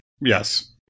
Yes